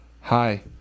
Hi